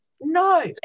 No